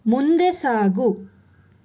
ಮುಂದೆ ಸಾಗು